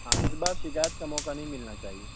ہاں اس بار شکایت کا موقع نہیں ملنا چاہیے